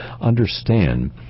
understand